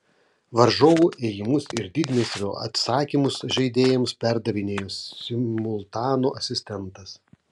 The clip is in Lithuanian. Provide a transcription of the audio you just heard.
varžovų ėjimus ir didmeistrio atsakymus žaidėjams perdavinėjo simultano asistentas